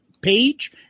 page